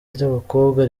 ry’abakobwa